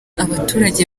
abaturage